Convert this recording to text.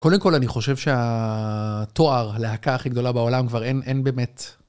קודם כל, אני חושב שהתואר הלהקה הכי גדולה בעולם, כבר אין באמת.